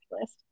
list